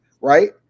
right